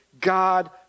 God